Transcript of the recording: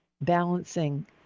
balancing